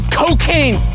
cocaine